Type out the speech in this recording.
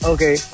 Okay